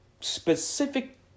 specific